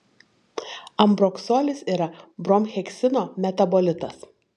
ambroksolis yra bromheksino metabolitas